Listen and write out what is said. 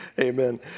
Amen